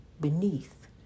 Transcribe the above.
beneath